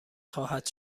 خواهد